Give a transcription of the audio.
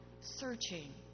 searching